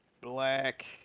black